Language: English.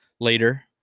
Later